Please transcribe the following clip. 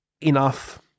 enough